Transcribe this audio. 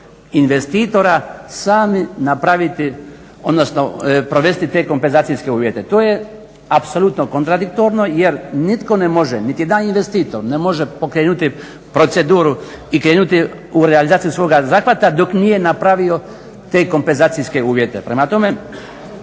investitora sami napraviti, odnosno provesti te kompenzacijske uvjete. To je apsolutno kontradiktorno jer nitko ne može, niti jedan investitor ne može pokrenuti proceduru i krenuti u realizaciju svoga zahvata dok nije napravio te kompenzacijske uvjete. Prema tome,